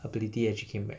ability actually came back